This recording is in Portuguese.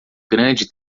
grande